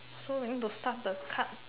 so we need to start the card